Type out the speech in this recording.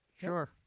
sure